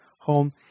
home